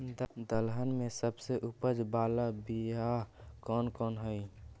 दलहन में सबसे उपज बाला बियाह कौन कौन हइ?